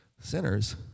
sinners